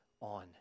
on